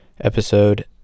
episode